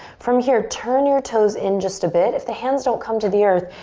from here turn your toes in just a bit. if the hands don't come to the earth,